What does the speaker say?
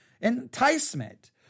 Enticement